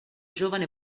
giovane